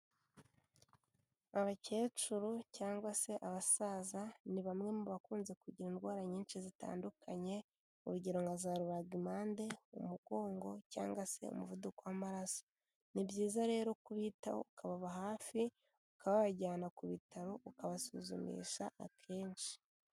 Abakecuru cyangwa se abasaza ni bamwe mu bakunze kugira indwara nyinshi zitandukanye urugero nka za rubagimpande, umugongo cyangwa se umuvuduko w'amaraso, ni byiza rero kubitaho ukababa hafi ukabajyana ku bitaro ukabasuzumisha akenshi.